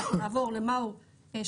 הצעת החוק הזאת אינה עוסקת בתחום השידורים,